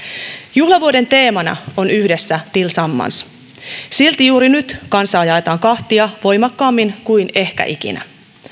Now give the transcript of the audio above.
juhlavuoden teemana on yhdessä tillsammans silti juuri nyt kansaa jaetaan kahtia voimakkaammin kuin ehkä ikinä